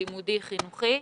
הלימודי והחינוכי,